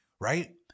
right